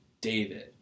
David